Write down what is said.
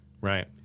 right